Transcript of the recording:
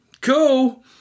Cool